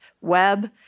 web